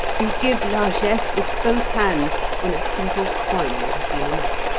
you give largesse with both hands when a simple coin would have been enough.